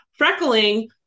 freckling